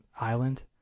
island